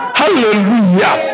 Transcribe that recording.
hallelujah